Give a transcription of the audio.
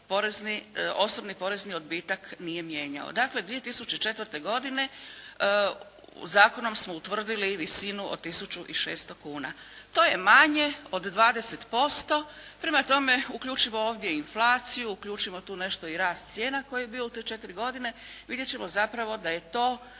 osobni porezni odbitak nije mijenjao. Dakle, 2004. godine zakonom smo utvrdili visinu od tisuću i 600 kuna. To je manje od 20%. Prema tome uključimo ovdje i inflaciju, uključimo tu nešto i rast cijena koji je bio u te četiri godine, vidjet ćemo zapravo da je to